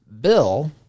bill